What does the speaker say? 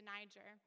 Niger